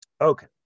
Okay